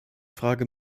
frage